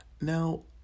Now